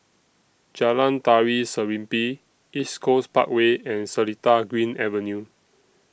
Jalan Tari Serimpi East Coast Parkway and Seletar Green Avenue